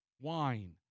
wine